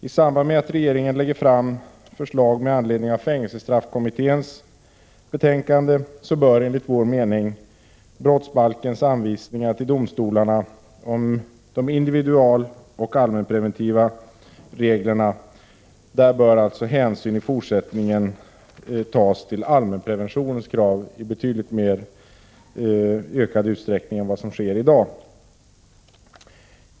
I samband med att regeringen lägger fram förslag med anledning av fängelsestraffkommitténs betänkande bör enligt vår mening hänsyn i fortsättningen i större utsträckning än som sker i dag tas till allmänpreventionens krav när det gäller brottsbalkens anvisningar till domstolarna om de individualoch allmänpreventiva reglerna.